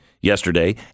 yesterday